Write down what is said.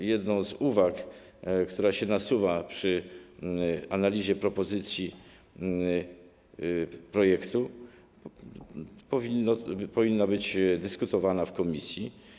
A jedna z uwag, która się nasuwa przy analizie propozycji projektu, powinna być dyskutowana w komisji.